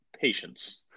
Patience